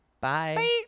Bye